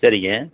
சரிங்க